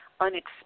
unexpected